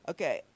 Okay